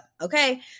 okay